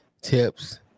Tips